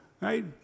right